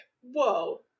whoa